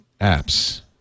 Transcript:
apps